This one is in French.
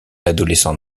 adolescent